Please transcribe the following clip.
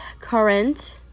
current